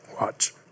Watch